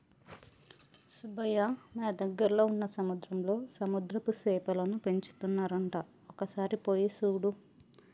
సుబ్బయ్య మన దగ్గరలో వున్న సముద్రంలో సముద్రపు సేపలను పెంచుతున్నారంట ఒక సారి పోయి సూడు